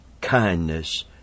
kindness